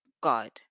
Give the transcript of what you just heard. God